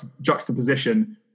juxtaposition